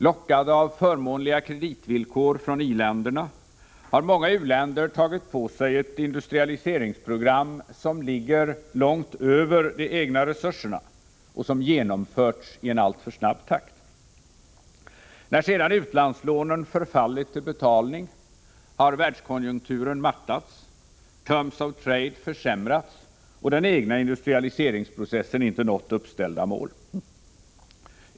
Lockade av förmånliga kreditvillkor från i-länderna har många u-länder tagit på sig ett industrialiseringsprogram som ligger långt över de egna resurserna och som genomförts i en alltför snabb takt. När sedan utlandslånen förfallit till betalning, har världskonjukturen mattats, terms of trade försämrats och den egna industrialiseringsprocessen icke nått uppställda mål.